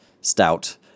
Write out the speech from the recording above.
stout